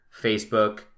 Facebook